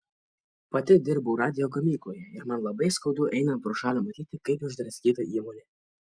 pati dirbau radijo gamykloje ir man labai skaudu einant pro šalį matyti kaip išdraskyta įmonė